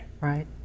right